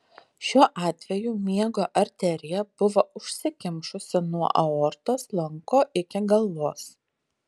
šiuo atveju miego arterija buvo užsikimšusi nuo aortos lanko iki galvos